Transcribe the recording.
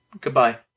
goodbye